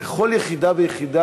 תשומת לב בכל יחידה ויחידה,